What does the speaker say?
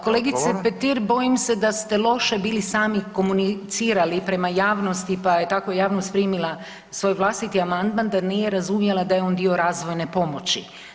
Kolegice Petir bojim ste da ste loše bili sami komunicirali prema javnosti pa je tako javnost primila svoj vlastiti amandman da nije razumjela da je on dio razvojne pomoći.